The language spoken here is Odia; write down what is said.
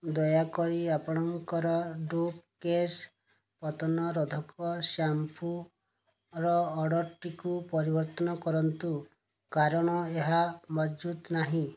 ଦୟାକରି ଆପଣଙ୍କର ଡୋଭ୍ କେଶ ପତନ ରୋଧକ ଶ୍ୟାମ୍ପୂର ଅର୍ଡ଼ର୍ଟିକୁ ପରିବର୍ତ୍ତନ କରନ୍ତୁ କାରଣ ଏହା ମହଜୁଦ ନାହିଁ